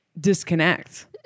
disconnect